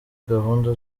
gahunda